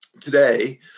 Today